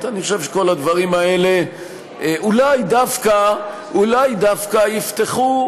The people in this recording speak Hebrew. ולכן אני מציע,